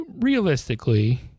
Realistically